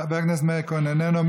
חבר הכנסת מאיר כהן, איננו.